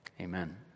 Amen